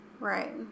right